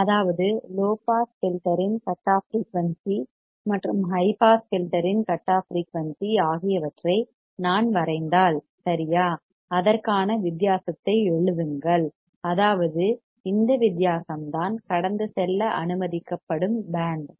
அதாவது low pass filter இன் cut off frequency மற்றும் ஹை பாஸ் ஃபில்டர் இன் கட் ஆஃப் ஃபிரீயூன்சி ஆகியவற்றை நான் வரைந்தால் சரியா அதற்கான வித்தியாசத்தை எழுதுங்கள் அதாவது இந்த வித்தியாசம் தான் கடந்து செல்ல அனுமதிக்கப்படும் பேண்ட்